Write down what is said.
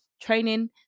training